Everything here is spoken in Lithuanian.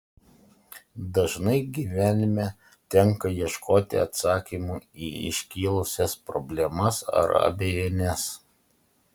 dažnai gyvenime tenka ieškoti atsakymų į iškilusias problemas ar abejones